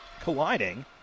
colliding